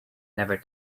never